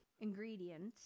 ingredients